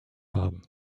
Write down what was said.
haben